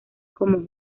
como